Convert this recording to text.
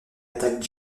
attaquent